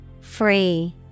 Free